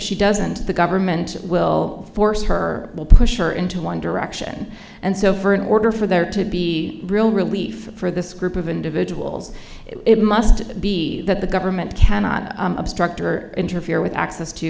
she doesn't the government will force her will push her into one direction and so far in order for there to be real relief for this group of individuals it must be that the government cannot obstruct or interfere with access to